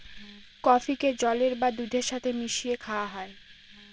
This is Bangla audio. কফিকে জলের বা দুধের সাথে মিশিয়ে খাওয়া হয়